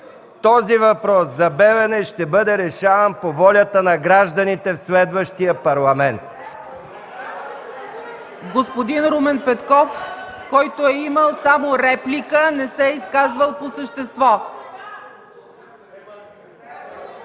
Този въпрос за „Белене” ще бъде решаван по волята на гражданите в следващия парламент!